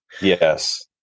yes